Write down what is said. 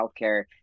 healthcare